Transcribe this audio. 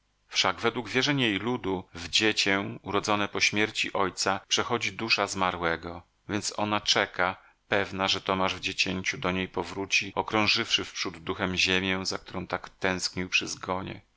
wszak według wierzeń jej ludu w dziecię urodzone po śmierci ojca przechodzi dusza zmarłego więc ona czeka pewna że tomasz w dziecięciu do niej powróci okrążywszy wprzód duchem ziemię za którą tak tęsknił przy zgonie